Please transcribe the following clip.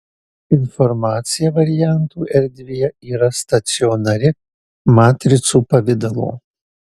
informacija variantų erdvėje yra stacionari matricų pavidalo